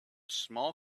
small